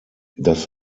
das